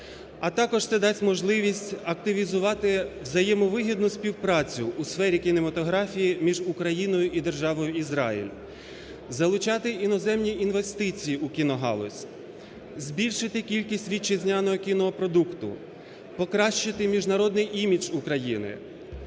А також це дасть можливість активізувати взаємовигідну співпрацю у сфері кінематографії між Україною і державою Ізраїль, залучати іноземні інвестиції у кіногалузь, збільшити кількість вітчизняного кінопродукту, покращити міжнародний імідж України.